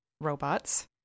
robots